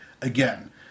again